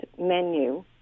menu